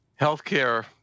Healthcare